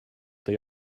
they